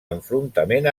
enfrontament